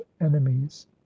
enemies